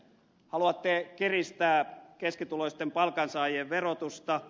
haluatte kiristää keskituloisten palkansaajien verotusta